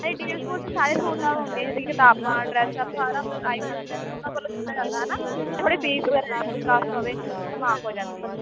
ਨਾਲੇ D A V school 'ਚ ਸਾਰੀਆਂ ਸਹੂਲਤਾਵਾਂ ਹੁੰਦੀਆਂ ਜਿਵੇਂ ਕਿ ਕਿਤਾਬਾਂ ਡਰੈੱਸ ਸਭ ਸਾਰਾ ਮਤਲਬ ਆਈ ਕਾਰਡ ਵਗੈਰਾ ਉਹਨਾਂ ਵੱਲੋਂ ਦਿੱਤਾ ਜਾਂਦਾ ਹੈ ਨਾ ਅਤੇ ਥੋੜ੍ਹੀ ਫੀਸ ਵਗੈਰਾ ਕਾਸਟ ਹੋਵੇ ਤਾਂ ਮਾਫ ਹੋ ਜਾਂਦੀ ਹੈ